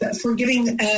forgiving